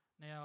Now